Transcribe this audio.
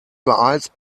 beeilst